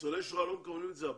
ניצולי השואה לא מקבלים הביתה?